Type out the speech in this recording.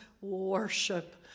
worship